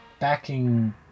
backing